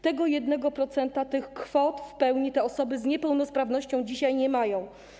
Tego 1%, tych kwot w pełni osoby z niepełnosprawnością dzisiaj nie mają.